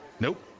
Nope